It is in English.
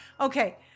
Okay